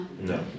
No